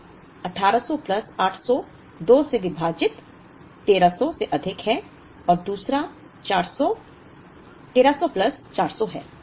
तो 1800 प्लस 800 2 से विभाजित 1300 से अधिक है और दूसरा 400 1300 प्लस 400 है